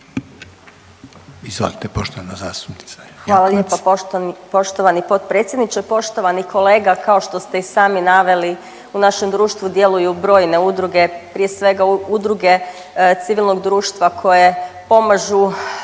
**Jelkovac, Marija (HDZ)** Poštovani potpredsjedniče, poštovani kolega kao što ste i sami naveli u našem društvu djeluju brojne udruge prije svega udruge civilnog društva koje pomažu